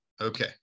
Okay